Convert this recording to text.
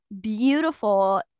beautiful